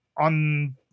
on